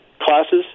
classes